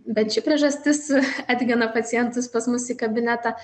bent ši priežastis atgena pacientus pas mus į kabinetą